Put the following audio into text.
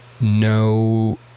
no